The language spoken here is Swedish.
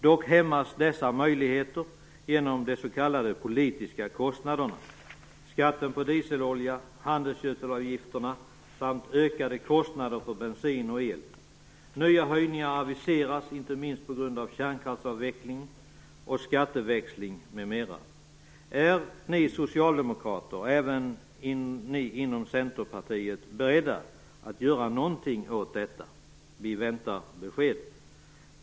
Dock hämmas dessa möjligheter genom de s.k. politiska kostnaderna, dvs. skatten på dieselolja, handelsgödselavgifterna samt ökade kostnader för bensin och el. Nya höjningar aviseras, inte minst på grund av kärnkraftsavveckling och skatteväxling m.m. Är ni socialdemokrater och även centerpartister beredda att göra någonting åt detta? Vi väntar på besked.